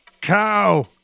Cow